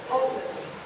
Ultimately